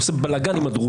הוא עושה בלגן עם הדרוזים,